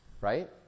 right